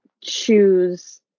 choose